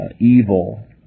evil